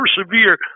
persevere